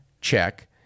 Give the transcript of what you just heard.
check